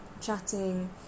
chatting